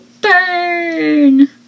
Burn